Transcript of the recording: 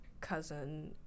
cousin